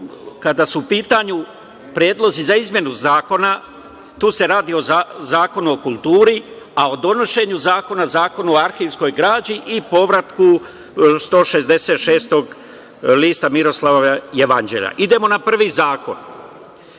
su u pitanju predlozi za izmenu zakona, tu se radi o zakonu o kulturi, a o donošenju zakona, Zakon o arhivskoj građi i povratku 166. lista Miroslavljevog jevanđelja. Idemo na prvi zakon. Što